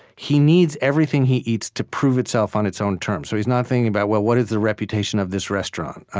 he needs everything he eats to prove itself on its own terms. so he's not thinking about, well, what is the reputation of this restaurant?